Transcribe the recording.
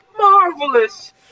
marvelous